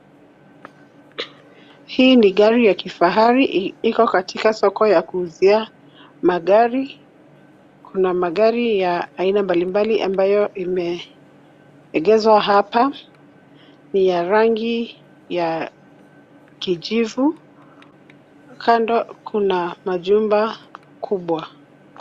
Hii ni gari ya kifahari iko katika soko ya kuuzia magari. Kuna magari ya aina mbalimbali ambayo imeegeshwa hapa, ni ya rangi ya kijivu. Kando kuna majumba kubwa.